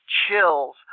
chills